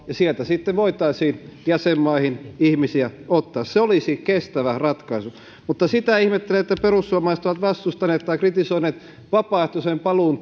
ja sieltä sitten voitaisiin jäsenmaihin ihmisiä ottaa se olisi kestävä ratkaisu mutta sitä ihmettelen että perussuomalaiset ovat vastustaneet tai kritisoineet vapaaehtoisen paluun